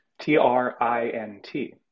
T-R-I-N-T